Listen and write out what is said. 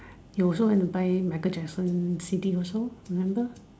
you also went to buy Michael Jackson C_D also remember